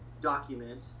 document